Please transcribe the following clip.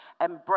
embrace